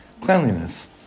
cleanliness